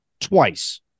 twice